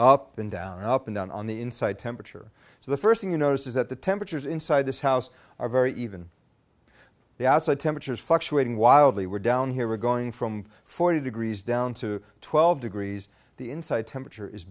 up and down up and down on the inside temperature so the first thing you notice is that the temperatures inside this house are very even the outside temperature is fluctuating wildly we're down here we're going from forty degrees down to twelve degrees the inside temperature is